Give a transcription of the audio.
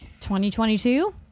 2022